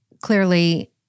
clearly